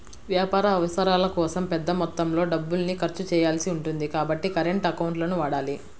వ్యాపార అవసరాల కోసం పెద్ద మొత్తంలో డబ్బుల్ని ఖర్చు చేయాల్సి ఉంటుంది కాబట్టి కరెంట్ అకౌంట్లను వాడాలి